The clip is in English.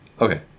okay